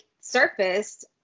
surfaced